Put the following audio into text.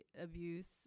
abuse